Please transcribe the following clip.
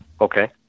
Okay